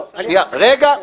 לא --- רגע,